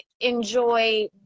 enjoy